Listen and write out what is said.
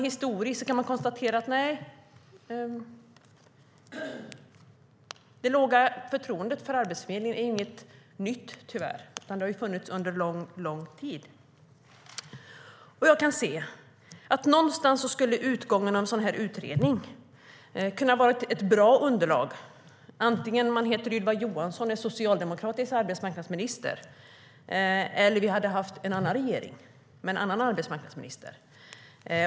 Historiskt kan vi konstatera att det låga förtroendet för Arbetsförmedlingen tyvärr inte är nytt. Det har funnits under lång tid. Någonstans skulle utgången av en sådan utredning kunna ge ett bra underlag oavsett om man heter Ylva Johansson och är socialdemokratisk arbetsmarknadsminister eller om vi hade en annan regering med en annan arbetsmarknadsminister.